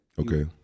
Okay